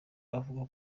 avuga